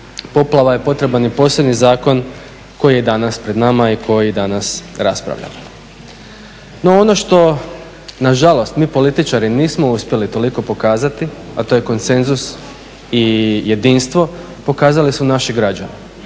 poplava je potreban i poseban zakon koji je danas pred nama i koji danas raspravljamo. No, ono što nažalost mi političari nismo uspjeli toliko pokazati, a to je konsenzus i jedinstvo, pokazali su naši građani.